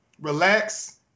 relax